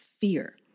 fear